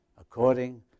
according